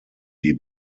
die